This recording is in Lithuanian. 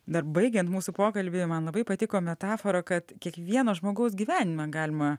dar baigiant mūsų pokalbį man labai patiko metafora kad kiekvieno žmogaus gyvenimą galima